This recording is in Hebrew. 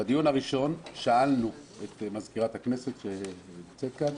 בדיון הראשון שאלנו את מזכירת הכנסת שנמצאת כאן,